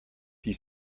die